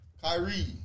Kyrie